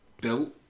built